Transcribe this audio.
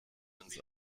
ins